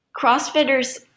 CrossFitters